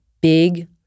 big